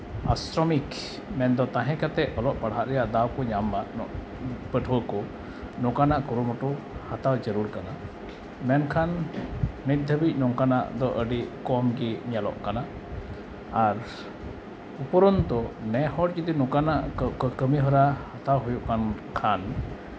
ᱟᱥᱨᱚᱢᱤᱠ ᱢᱮᱱᱫᱚ ᱛᱟᱦᱮᱸ ᱠᱟᱛᱮᱫ ᱚᱞᱚᱜ ᱯᱟᱲᱦᱟᱜ ᱨᱮᱭᱟᱜ ᱫᱟᱣ ᱠᱚ ᱧᱟᱢ ᱢᱟ ᱯᱟᱹᱴᱷᱣᱟᱹ ᱠᱚ ᱱᱚᱝᱠᱟᱱᱟᱜ ᱠᱩᱨᱩᱢᱩᱴᱩ ᱦᱟᱛᱟᱣ ᱡᱟᱹᱨᱩᱲ ᱠᱟᱱᱟ ᱢᱮᱱᱠᱷᱟᱱ ᱱᱤᱛ ᱫᱷᱟᱹᱵᱤᱡ ᱱᱚᱝᱠᱟᱱᱟᱜ ᱫᱚ ᱟᱹᱰᱤ ᱠᱚᱢ ᱜᱮ ᱧᱮᱞᱚᱜ ᱠᱟᱱᱟ ᱟᱨ ᱩᱯᱷᱩᱨᱩᱱᱛᱚ ᱱᱮ ᱦᱚᱲ ᱡᱩᱫᱤ ᱱᱚᱝᱠᱟᱱᱟᱜ ᱠᱟᱹᱢᱤᱦᱚᱨᱟ ᱦᱟᱛᱟᱣ ᱦᱩᱭᱩᱜ ᱠᱟᱱ ᱠᱷᱟᱱ